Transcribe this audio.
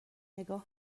نگاه